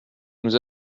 nous